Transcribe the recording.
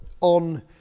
on